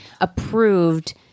approved